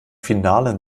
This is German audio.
finalen